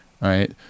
right